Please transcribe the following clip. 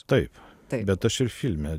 taip taip bet aš ir filme